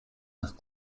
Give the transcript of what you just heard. nach